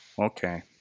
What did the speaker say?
Okay